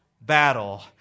battle